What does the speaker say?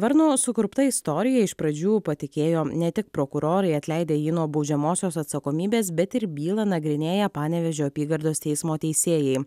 varno sukurpta istorija iš pradžių patikėjo ne tik prokurorai atleidę jį nuo baudžiamosios atsakomybės bet ir bylą nagrinėję panevėžio apygardos teismo teisėjai